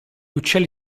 uccelli